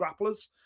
grapplers